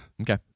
Okay